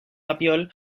papiol